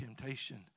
temptation